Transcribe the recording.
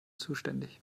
zuständig